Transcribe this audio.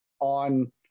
on